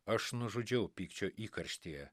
aš nužudžiau pykčio įkarštyje